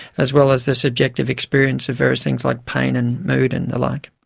as well as the subjective experience of various things like pain and mood and the like.